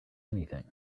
anything